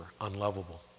unlovable